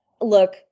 look